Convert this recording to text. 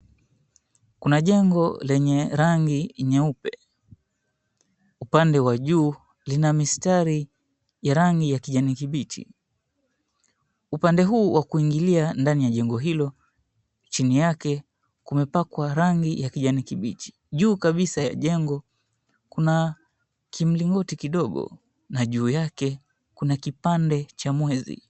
Kuna jengo lenye rangi nyeupe. Upande wa juu lina mistari ya rangi ya kijani kibichi. Upande huu wa kuingilia ndani ya jengo hilo chini yake kumepakwa rangi ya kijani kibichi. Juu kabisa ya jengo kuna kimlingoti kidogo na juu yake kuna kipande cha mwezi.